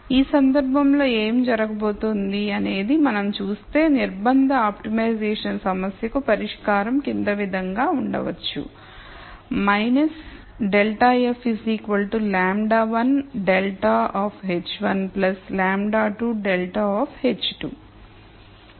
ఈ సందర్భంలో ఏమి జరగబోతోంది అనేది మనం చూస్తే నిర్బంధ ఆప్టిమైజేషన్ సమస్యకు పరిష్కారం క్రింద విధంగా ఉండవచ్చు ∇f λ1 ∇of h1 λ2 ∇of h2